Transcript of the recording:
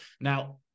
Now